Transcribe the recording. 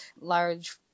large